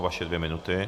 Vaše dvě minuty.